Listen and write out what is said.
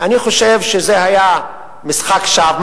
אני חושב שזה היה משחק שווא.